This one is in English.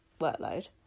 workload